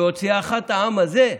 בהוציאך את העם הזה,